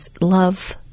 love